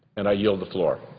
and i yield the floor.